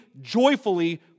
joyfully